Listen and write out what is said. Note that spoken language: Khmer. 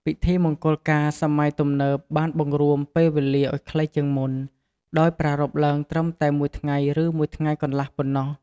ពិធីមង្គលការសម័យទំនើបបានបង្រួមពេលវេលាឲ្យខ្លីជាងមុន ដោយប្រារព្ធឡើងត្រឹមតែមួយថ្ងៃឬមួយថ្ងៃកន្លះប៉ុណ្ណោះ។